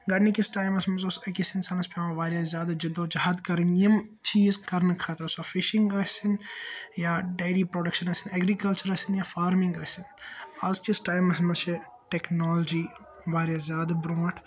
گۄڈٕنِکِس ٹایمَس منٛز اوس أکِس اِنسانَس پیٚوان واریاہ زیادٕ جُدو جَہد کَرٕنۍ یِم چیز کَرنہٕ خٲطرٕ سۄ فِشِنگ ٲسِن یا ڈیری پروڈَکشَن ٲسِن ایٚگرِکَلچَر ٲسِن یا فارمِنگ ٲسِن آز کِس ٹایمَس منٛز چھ ٹیٚکنالجی واریاہ زیادٕ برونٛٹھ